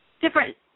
different